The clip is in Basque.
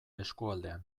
eskualdean